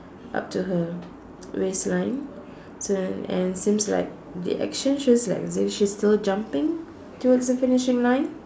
up to her waist line then and seems like the action shows like there she's still jumping towards the finishing line